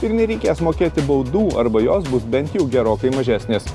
ir nereikės mokėti baudų arba jos bus bent jau gerokai mažesnės